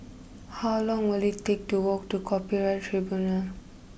how long will it take to walk to Copyright Tribunal